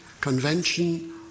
Convention